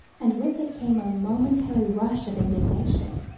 and with it came a momentary rush of indignation.